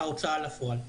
ההוצאה לפועל.